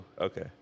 Okay